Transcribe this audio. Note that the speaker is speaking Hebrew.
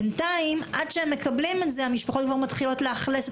בינתיים עד שהם מקבלים את זה המשפחות כבר מתחילות לאכלס את